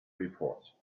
report